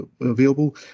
available